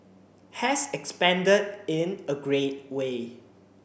has expanded in a great way